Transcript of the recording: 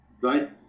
right